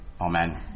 amen